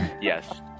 Yes